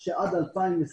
על כך שעד 2023